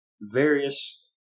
various